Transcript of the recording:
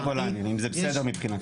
סיירת גולני, אם זה בסדר מבחינתך.